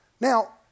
Now